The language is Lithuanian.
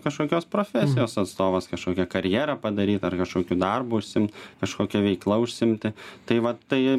kažkokios profesijos atstovas kažkokią karjerą padaryt ar kažkokiu darbu užsiimt kažkokia veikla užsiimti tai vat tai